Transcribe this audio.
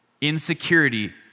Insecurity